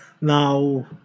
now